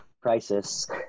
crisis